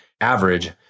average